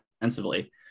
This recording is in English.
defensively